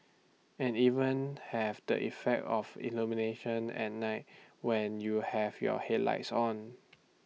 and even have the effect of illumination at night when you have your headlights on